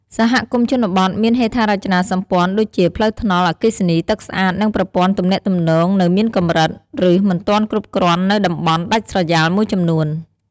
សហគមន៍ជនបទមានហេដ្ឋារចនាសម្ព័ន្ធដូចជាផ្លូវថ្នល់ អគ្គិសនី ទឹកស្អាត និងប្រព័ន្ធទំនាក់ទំនងនៅមានកម្រិត ឬមិនទាន់គ្រប់គ្រាន់នៅតំបន់ដាច់ស្រយាលមួយចំនួន។